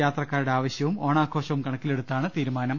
യാത്രക്കാ രുടെ ആവശ്യവും ഓണാഘോഷവും കണക്കിലെടുത്താണ് തീരുമാനം